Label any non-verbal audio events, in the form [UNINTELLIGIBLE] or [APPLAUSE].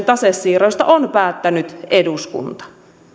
[UNINTELLIGIBLE] tasesiirroista on päättänyt eduskunta